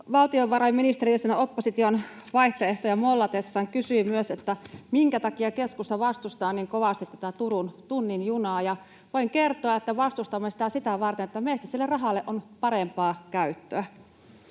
valtiovarainministeri siinä opposition vaihtoehtoja mollatessaan kysyi myös, minkä takia keskusta vastustaa niin kovasti tätä Turun tunnin junaa. Voin kertoa, että vastustamme sitä sitä varten, että meistä sille rahalle on parempaa käyttöä.